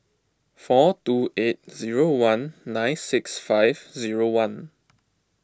four two eight zero one nine six five zero one